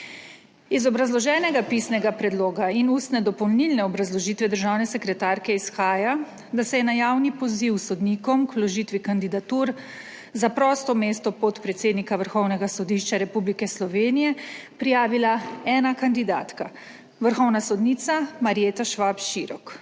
Iz obrazloženega pisnega predloga in ustne dopolnilne obrazložitve državne sekretarke izhaja, da se je na javni poziv sodnikom k vložitvi kandidatur za prosto mesto podpredsednika Vrhovnega sodišča Republike Slovenije prijavila ena kandidatka, vrhovna sodnica Marjeta Švab Širok.